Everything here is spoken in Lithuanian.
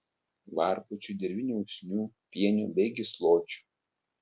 varpučių dirvinių usnių pienių bei gysločių